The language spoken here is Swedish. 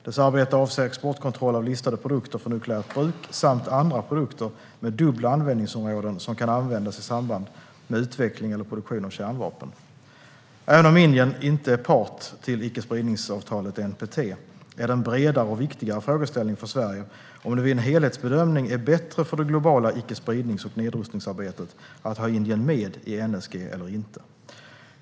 Dess arbete avser exportkontroll av listade produkter för nukleärt bruk samt andra produkter med dubbla användningsområden som kan användas i samband med utveckling eller produktion av kärnvapen. Även om Indien inte är part till icke-spridningsavtalet, NPT, är den bredare och viktigare frågeställningen för Sverige om det vid en helhetsbedömning är bättre för det globala icke-spridnings och nedrustningsarbetet att ha Indien med i NSG eller inte.